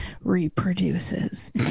reproduces